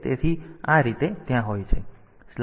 તેથી આ રીતે ત્યાં હોય છે